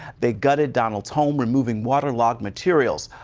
they gutted donald's home, removing water-logged materials.